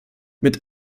mit